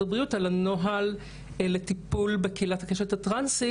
הבריאות על הנוהל לטיפול בקהילת הקשת הטרנסית.